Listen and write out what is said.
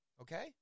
okay